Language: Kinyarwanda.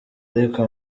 ariko